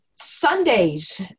Sundays